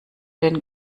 den